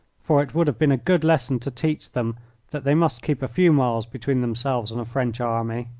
for it would have been a good lesson to teach them that they must keep a few miles between themselves and a french army.